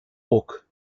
ruck